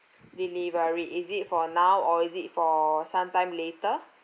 delivery is it for now or is it for some time later